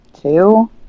two